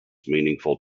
meaningful